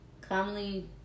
commonly